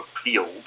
appealed